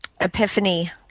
epiphany